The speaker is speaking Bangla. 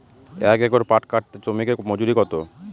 এক একর পাট কাটতে শ্রমিকের মজুরি কত?